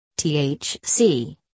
THC